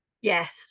Yes